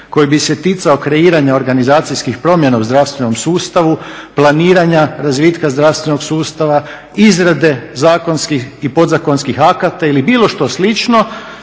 koji bi se ticao kreiranja organizacijskih promjena u zdravstvenom sustavu, planiranja, razvitka zdravstvenog sustava, izrade zakonskih i podzakonskih akata ili bilo što slično.